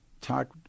talk